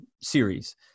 series